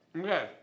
Okay